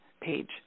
page